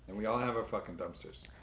we all have our fucking dumpsters.